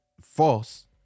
false